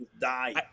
die